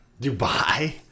Dubai